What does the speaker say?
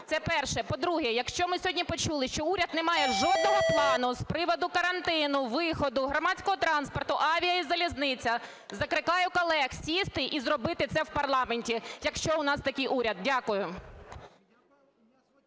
Це перше. По-друге, якщо ми сьогодні почули, що уряд не має жодного плану з приводу карантину, виходу, громадського транспорту, авіа і залізниці, закликаю колег сісти і зробити це в парламенті, якщо у нас такий уряд. Дякую.